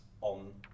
on